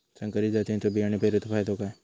संकरित जातींच्यो बियाणी पेरूचो फायदो काय?